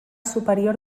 superior